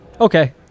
Okay